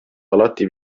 alati